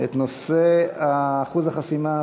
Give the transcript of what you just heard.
את נושא אחוז החסימה סיימנו,